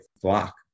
flock